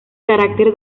carácter